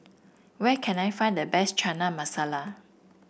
where can I find the best China Masala